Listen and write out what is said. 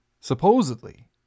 supposedly